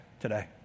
today